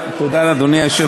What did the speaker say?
תודה לאדוני היושב-ראש.